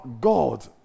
God